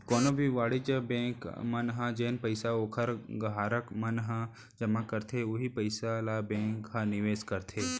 कोनो भी वाणिज्य बेंक मन ह जेन पइसा ओखर गराहक मन ह जमा करथे उहीं पइसा ल बेंक ह निवेस करथे